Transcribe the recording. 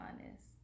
honest